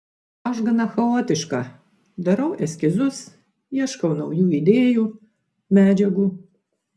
aš gana chaotiška darau eskizus ieškau naujų idėjų medžiagų